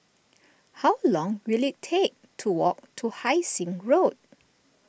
how long will it take to walk to Hai Sing Road